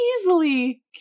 easily